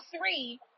three